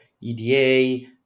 EDA